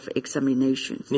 examination